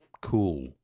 cool